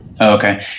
Okay